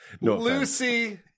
Lucy